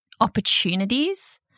opportunities